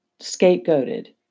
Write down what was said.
scapegoated